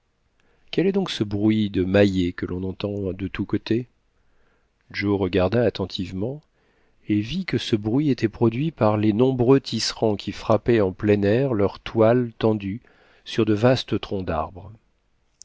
quel est donc ce bruit de maillets que l'on entend de tous côtés joe regarda attentivement et vit que ce bruit était produit par les nombreux tisserands qui frappaient en plein air leurs toiles tendues sur de vastes troncs d'arbres